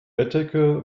bettdecke